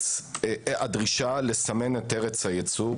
הדרישה לסמן את ארץ הייצור